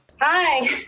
hi